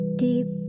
deep